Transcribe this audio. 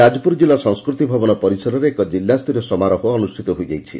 ଯାଜପୁର ଜିଲ୍ଲା ସଂସ୍କୃତି ଭବନ ପରିସରରେ ଏକ ଜିଲ୍ଲାସ୍ଡରୀୟ ସମାରୋହ ଅନୁଷ୍ଷିତ ହୋଇଯାଇଛି